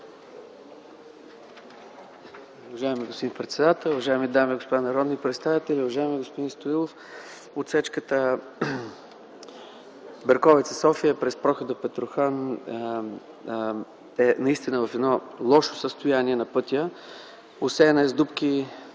Уважаеми господин председател, уважаеми дами и господа народни представители! Уважаеми господин Стоилов, отсечката Берковица-София през прохода Петрохан е в лошо състояние на пътя. Осеяна е с дупки,